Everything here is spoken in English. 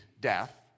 death